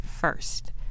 first